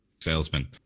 salesman